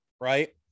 right